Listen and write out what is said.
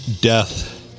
death